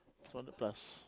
two hundred plus